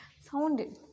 sounded